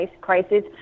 crisis